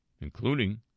including